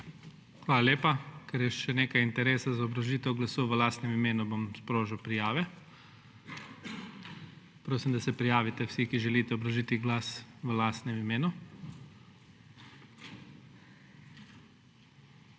Hvala lepa. Ker je še nekaj interesa za obrazložitev glasu v lastnem imenu, bom sprožil prijavo. Prosim, da se prijavite vsi, ki želite obrazložiti glas v lastnem imenu.